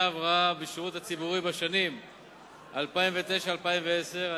ההבראה בשירות הציבורי בשנים 2009 ו-2010.